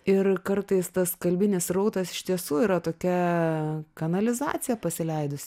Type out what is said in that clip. ir kartais tas kalbinis srautas iš tiesų yra tokia kanalizacija pasileidus